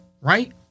right